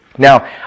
Now